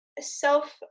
self